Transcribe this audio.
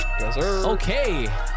okay